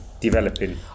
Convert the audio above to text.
developing